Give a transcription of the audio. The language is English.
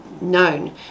known